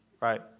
right